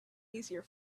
easier